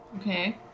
Okay